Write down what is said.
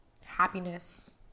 happiness